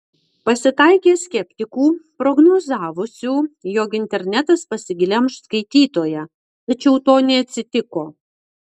pasitaikė skeptikų prognozavusių jog internetas pasiglemš skaitytoją tačiau to neatsitiko